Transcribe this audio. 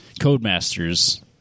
Codemasters